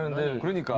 the green